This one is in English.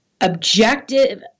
objective